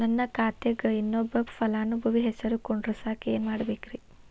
ನನ್ನ ಖಾತೆಕ್ ಇನ್ನೊಬ್ಬ ಫಲಾನುಭವಿ ಹೆಸರು ಕುಂಡರಸಾಕ ಏನ್ ಮಾಡ್ಬೇಕ್ರಿ?